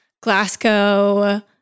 Glasgow